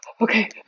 okay